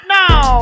now